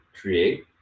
create